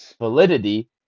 validity